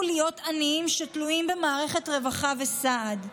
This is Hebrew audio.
להיות עניים שתלויים במערכת רווחה וסעד,